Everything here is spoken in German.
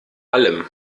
allem